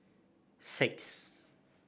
six